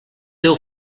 teu